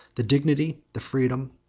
the dignity, the freedom,